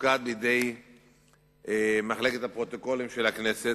תופקד בידי מחלקת הפרוטוקולים של הכנסת.